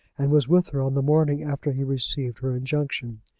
and was with her on the morning after he received her injunction.